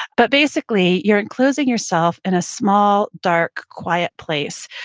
but basically, you're enclosing yourself in a small, dark quiet place.